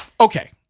Okay